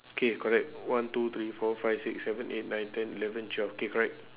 K correct one two three four five six seven eight nine ten eleven twelve K correct